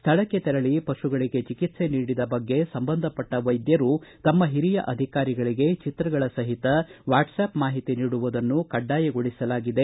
ಸ್ಥಳಕ್ಕೆ ತೆರಳ ಪಶುಗಳಿಗೆ ಚಿಕಿತ್ಸೆ ನೀಡಿದ ಬಗ್ಗೆ ಸಂಬಂಧಪಟ್ಟ ವೈದ್ಯರು ತಮ್ಮ ಹಿರಿಯ ಅಧಿಕಾರಿಗಳಿಗೆ ಚಿತ್ರಗಳ ಸಹಿತ ವಾಟ್ಸಪ್ ಮಾಹಿತಿ ನೀಡುವುದನ್ನು ಕಡ್ವಾಯಗೊಳಿಸಲಾಗಿದೆ